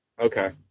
Okay